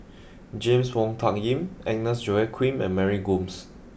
James Wong Tuck Yim Agnes Joaquim and Mary Gomes